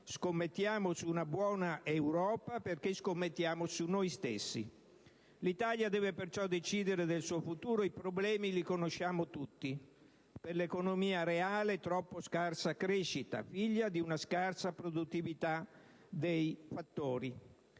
scommettiamo su una buona Europa perché scommettiamo su noi stessi. L'Italia deve perciò decidere del suo futuro; i problemi li conosciamo tutti. Per l'economia reale c'è una crescita troppo scarsa, figlia di una scarsa produttività dei fattori;